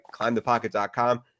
ClimbThePocket.com